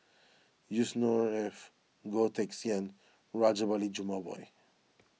Yusnor Ef Goh Teck Sian Rajabali Jumabhoy